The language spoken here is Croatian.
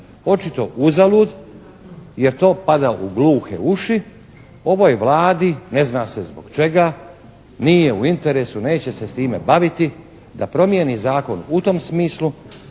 Očito uzalud jer to pada u gluhe uši. Ovoj Vladi, ne zna se zbog čega, nije u interesu, neće se s time baviti da promijeni zakon u tom smislu